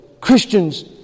Christians